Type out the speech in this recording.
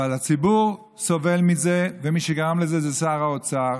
אבל הציבור סובל מזה, ומי שגרם לזה זה שר האוצר.